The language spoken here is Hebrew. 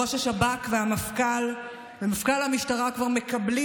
ראש השב"כ ומפכ"ל המשטרה כבר מקבלים